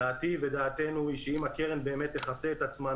דעתי ודעתנו היא שאם הקרן באמת תכסה את עצמה,